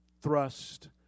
thrust